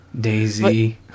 Daisy